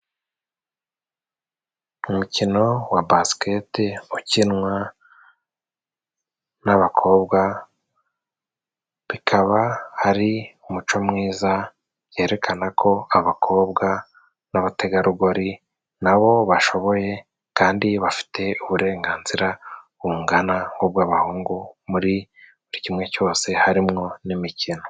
Umukino wa basikete ukinwa n'abakobwa bikaba ari umuco mwiza. Byerekana ko abakobwa n'abategarugori nabo bashoboye kandi bafite uburenganzira bungana nk'ubw'abahungu muri buri kimwe cyose harimo n'imikino.